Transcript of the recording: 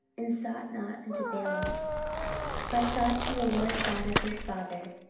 and sought not unto baalim but sought to the lord god of his father,